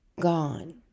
gone